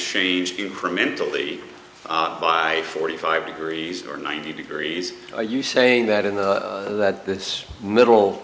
change incrementally by forty five degrees or ninety degrees are you saying that in the that this middle